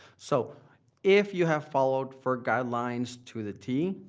so if you have followed ferc guidelines to the t,